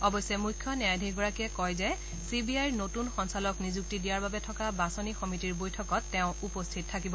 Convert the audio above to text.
অৱশ্যে মুখ্য ন্যায়াধীশগৰাকীয়ে কয় যে চি বি আইৰ নতুন সঞ্চালক নিযুক্তি দিয়াৰ বাবে থকা বাছনি সমিতিৰ বৈঠকত তেওঁ উপস্থিত থাকিব